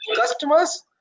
customers